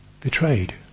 betrayed